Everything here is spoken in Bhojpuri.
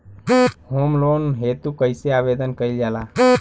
होम लोन हेतु कइसे आवेदन कइल जाला?